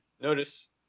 Notice